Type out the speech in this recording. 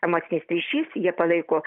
emocinis ryšys jie palaiko